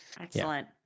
excellent